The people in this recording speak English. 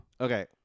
Okay